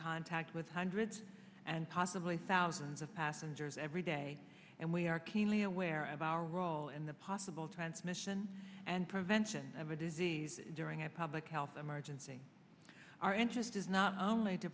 contact with hundreds and possibly thousands of passengers every day and we are keenly aware of our role and the possible transmission and prevention of a disease during a public health emergency our interest is not only to